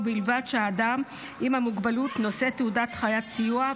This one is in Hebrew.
ובלבד שהאדם עם המוגבלות נושא תעודת חיית סיוע,